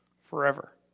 forever